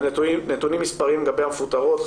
ונתונים מספריים לגבי המפוטרות,